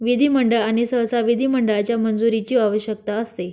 विधिमंडळ आणि सहसा विधिमंडळाच्या मंजुरीची आवश्यकता असते